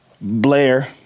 Blair